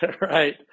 Right